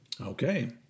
Okay